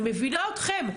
אני מבינה אתכם,